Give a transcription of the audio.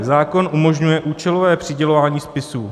Zákon umožňuje účelové přidělování spisů.